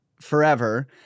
forever